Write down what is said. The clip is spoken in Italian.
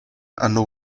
hanno